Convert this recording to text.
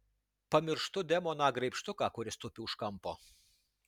pamirštu demoną graibštuką kuris tupi už kampo